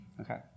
Okay